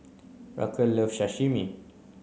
Raquel love Sashimi